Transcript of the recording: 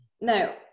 No